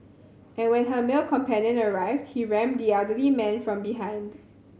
and when her male companion arrived he rammed the elderly man from behind